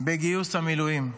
בגיוס המילואים.